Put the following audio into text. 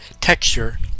texture